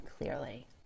clearly